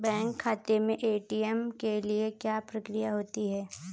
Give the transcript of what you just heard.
Bank खाते में ATM के लिए क्या प्रक्रिया होती है?